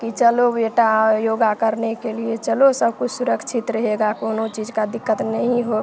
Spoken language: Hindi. कि चलो बेटा योगा करने के लिए चलो सब कुछ सुरक्षित रहेगा कौनो चीज का दिक्कत नहीं होगा